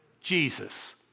Jesus